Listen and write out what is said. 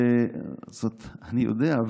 את זה אני יודע,